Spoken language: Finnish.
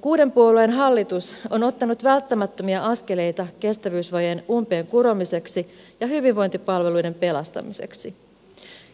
kuuden puolueen hallitus on ottanut välttämättömiä askeleita kestävyysvajeen umpeen kuromiseksi ja hyvinvointipalveluiden pelastamiseksi